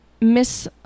Miss